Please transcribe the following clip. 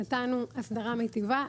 נתנו אסדרה מיטיבה.